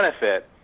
benefit